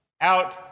out